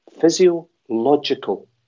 Physiological